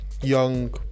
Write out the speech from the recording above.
young